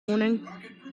morning